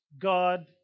God